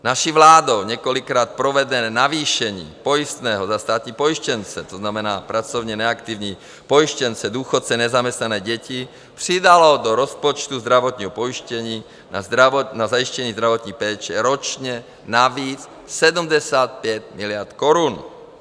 Naší vládou několikrát provedené navýšení pojistného za státní pojištěnce, to znamená pracovně neaktivní pojištěnce, důchodce, nezaměstnané a děti, přidalo do rozpočtu zdravotního pojištění na zajištění zdravotní péče ročně navíc 75 miliard korun.